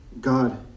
God